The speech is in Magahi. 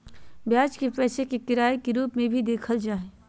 ब्याज के पैसे के किराए के रूप में भी देखल जा हइ